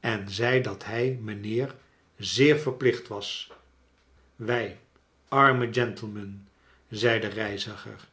en zei dat hij mijnheer zeer verplicht was wij arme gentlemen zei de reiziger